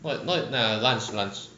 what not no lunch lunch